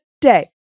day